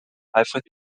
alfred